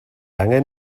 angen